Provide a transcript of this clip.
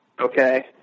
okay